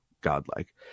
godlike